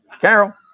Carol